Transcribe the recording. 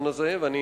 מהכוונה הזאת, ואני